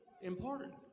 important